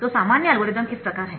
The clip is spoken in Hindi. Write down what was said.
तो सामान्य एल्गोरिदम इस प्रकार है